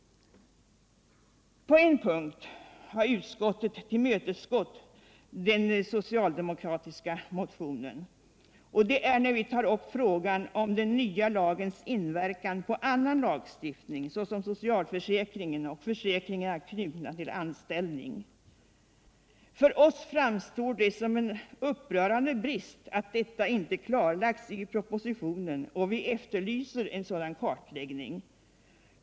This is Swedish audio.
På en punkt har utskottet tillmötesgått de socialdemokratiska motionärerna, och det är när det gäller frågan om den nya lagens inverkan på annan lagstiftning, såsom socialförsäkringen och försäkringar knutna till anställning. För oss framstår det som en upprörande brist att detta inte klarlagis i propositionen. och vi efterlyser en sådan kartläggning.